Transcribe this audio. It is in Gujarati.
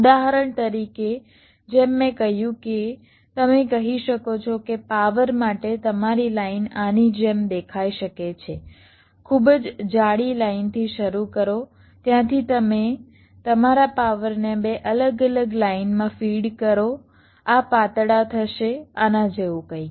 ઉદાહરણ તરીકે જેમ મેં કહ્યું કે તમે કહી શકો છો કે પાવર માટે તમારી લાઇન આની જેમ દેખાઇ શકે છે ખૂબ જ જાડી લાઇનથી શરૂ કરો ત્યાંથી તમે તમારા પાવરને બે અલગ અલગ લાઇનમાં ફીડ કરો આ પાતળા થશે આના જેવું કંઈક